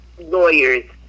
lawyers